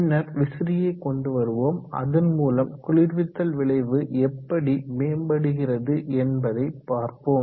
பின்னர் விசிறியை கொண்டு வருவோம் அதன்மூலம் குளிர்வித்தல் விளைவு எப்படி மேம்படுகிறது என்பதை பார்ப்போம்